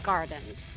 Gardens